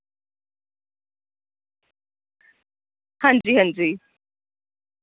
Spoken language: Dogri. हांजी हांजी